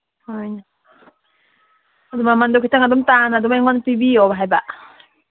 ꯍꯣꯏꯅꯦ ꯑꯗꯨ ꯃꯃꯟꯗꯨ ꯈꯤꯇꯪ ꯑꯗꯨꯝ ꯇꯥꯅ ꯑꯗꯨꯝ ꯑꯩꯉꯣꯟꯗ ꯄꯤꯕꯤꯌꯣ ꯍꯥꯏꯕ